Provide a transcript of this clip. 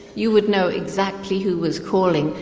you would know exactly who was calling,